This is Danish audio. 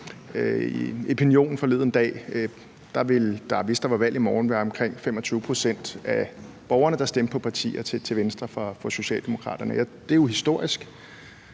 forleden dag ville der, hvis der var valg i morgen, være omkring 25 pct. af borgerne, der stemte på partier til Venstre for Socialdemokraterne. Det er jo historisk.